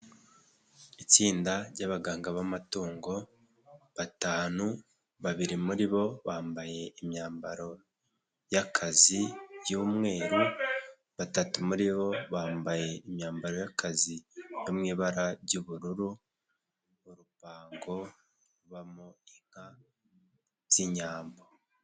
Itsinda ry'abaganga b'amatungo batanu, babiri muri bo bambaye imyambaro y'akazi y'umweru batatu muri bo bambaye imyambaro y'akazi yo mu ibara ry'ubururu, mu rupango rubamo inka z'inyambo.